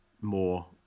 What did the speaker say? more